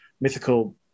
mythical